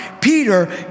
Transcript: Peter